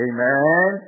Amen